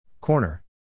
Corner